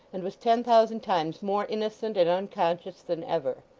and was ten thousand times more innocent and unconscious than ever.